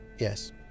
Yes